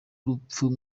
urupfu